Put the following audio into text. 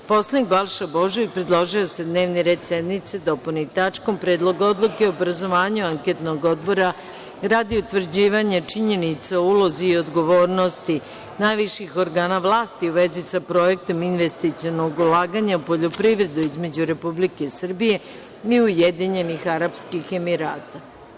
Poslanik Balša Božović predložio je da se dnevni red sednice dopuni tačkom – Predlog odluke o obrazovanju anketnog odbora radi utvrđivanja činjenica o ulozi i odgovornosti najviših organa vlasti u vezi sa projektom investicionog ulaganja u poljoprivredu između Republike Srbije i Ujedinjenih Arapskih Emirata.